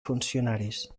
funcionaris